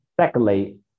Secondly